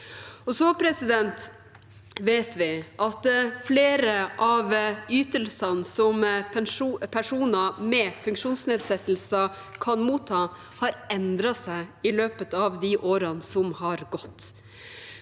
framover. Vi vet at flere av ytelsene som personer med funksjonsnedsettelser kan motta, har endret seg i løpet av de årene som har gått.